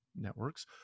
networks